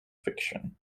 fiction